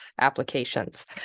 applications